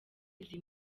izi